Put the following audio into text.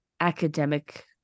academic